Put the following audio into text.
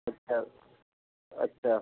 अच्छा अच्छा